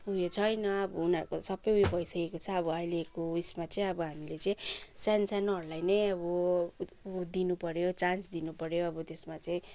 उयो छैन अब उनीहरूको सबै उयो भइसकेको छ अब अहिलेको उयेसमा चाहिँ अब हामीले चाहिँ सानसानोहरूलाई नै अब अब दिनुपऱ्यो चान्स दिनुपऱ्यो अब त्यसमा चाहिँ